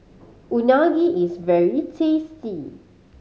unagi is very tasty